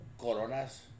Coronas